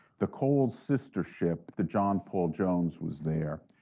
the cole's sister ship, the john paul jones was there.